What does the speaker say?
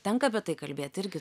tenka apie tai kalbėti irgi